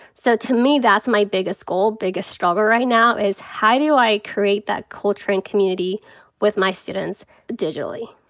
so to me that's my biggest goal. biggest struggle right now is how do i create that culture and community with my students digitally.